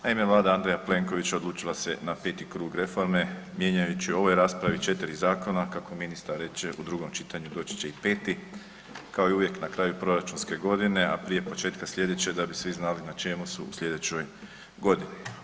Naime, vlada Andreja Plenkovića odlučila se na 5. krug reforme mijenjajući u ovoj raspravi 4 zakona, kako ministar reče, u drugom čitanju doći će i 5. kao i uvijek na kraju proračunske godine, a prije početka slijedeće da bi svi znali na čemu su u slijedećoj godini.